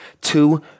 Two